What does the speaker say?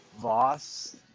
Voss